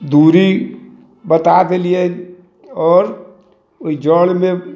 दूरी बता देलियनि आओर ओहि जड़मे